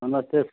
नमस्ते